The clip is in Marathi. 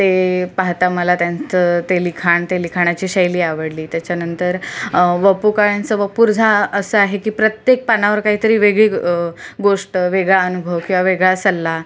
ते पाहता मला त्यांचं ते लिखाण त्या लिखाणाची शैली आवडली त्याच्यानंतर व पु काळ्यांचं वपुर्झा असं आहे की प्रत्येक पानावर काही तरी वेगळी गोष्ट वेगळा अनुभव किंवा वेगळा सल्ला